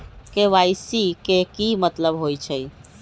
KYC के कि मतलब होइछइ?